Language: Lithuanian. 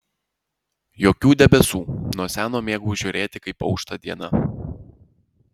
jokių debesų nuo seno mėgau žiūrėti kaip aušta diena